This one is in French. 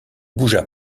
bougea